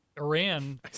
iran